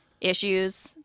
issues